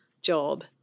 job